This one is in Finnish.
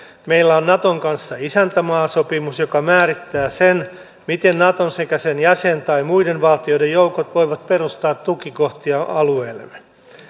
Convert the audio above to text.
meillä on naton kanssa isäntämaasopimus joka määrittää sen miten naton sekä sen jäsen tai muiden valtioiden joukot voivat perustaa tukikohtia alueellemme